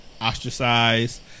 ostracized